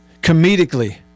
comedically